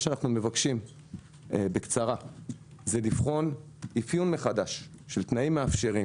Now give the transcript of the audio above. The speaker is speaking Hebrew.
אנחנו מבקשים לבחון אפיון מחדש של תנאים מאפשרים